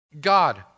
God